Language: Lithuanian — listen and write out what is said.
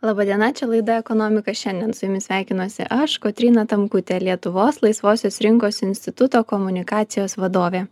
laba diena čia laida ekonomika šiandien su jumis sveikinuosi aš kotryna tamkutė lietuvos laisvosios rinkos instituto komunikacijos vadovė